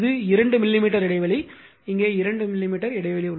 இது 2 மில்லிமீட்டர் இடைவெளி இங்கே 2 மில்லிமீட்டர் இடைவெளி